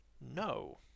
no